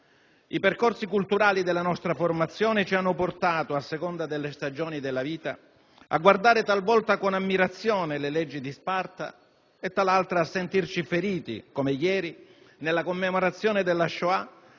I percorsi culturali della nostra formazione ci hanno portato, a seconda delle stagioni della vita, a guardare talvolta con ammirazione le leggi di Sparta e tal'altra a sentirci feriti, come ieri, nella commemorazione della Shoah,